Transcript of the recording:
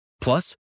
Plus